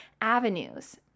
avenues